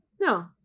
No